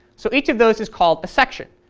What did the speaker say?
so each of those is called a section.